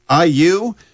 IU